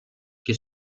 και